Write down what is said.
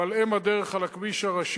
הוא על אם הדרך, על הכביש הראשי,